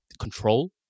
control